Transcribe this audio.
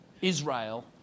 Israel